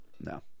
No